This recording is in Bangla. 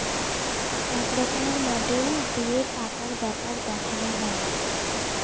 এক রকমের মডেল দিয়ে টাকার ব্যাপার দেখানো হয়